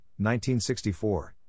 1964